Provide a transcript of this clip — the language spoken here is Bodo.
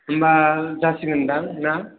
होनबा जासिगोन दां ना